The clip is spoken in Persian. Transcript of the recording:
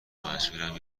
مجبورم